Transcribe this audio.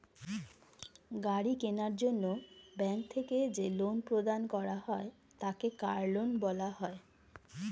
গাড়ি কেনার জন্য ব্যাঙ্ক থেকে যে লোন প্রদান করা হয় তাকে কার লোন বলা হয়